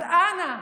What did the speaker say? אז אנא,